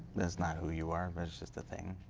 that's not who you are, versus the thing.